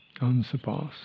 unsurpassed